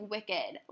Wicked